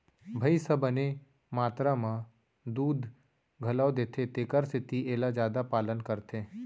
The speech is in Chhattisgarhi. भईंस ह बने मातरा म दूद घलौ देथे तेकर सेती एला जादा पालन करथे